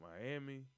Miami